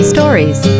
Stories